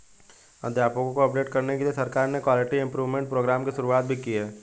अध्यापकों को अपडेट करने के लिए सरकार ने क्वालिटी इम्प्रूव्मन्ट प्रोग्राम की शुरुआत भी की है